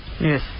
Yes